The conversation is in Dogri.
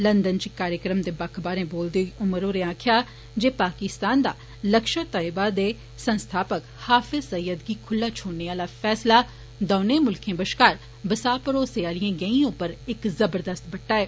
लंदन च इक कार्यक्रम दे बक्ख बाहरे बोलदे होई उमर होरें आक्खेआ जे पाकिस्तान दा लश्कर तोयबा दे संस्थापक हाफिज सईद गी खुल्ला छोड़ने आला फैसला दौने मुल्खें बश्कार बसाह भरोसे आलिए गेंई उप्पर इक जबरदस्त बट्टा ऐ